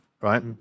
right